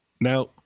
Now